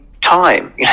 time